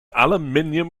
aluminium